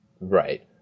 Right